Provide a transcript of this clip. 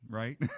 right